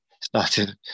started